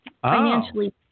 Financially